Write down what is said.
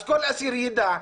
אז כל אסיר יידע,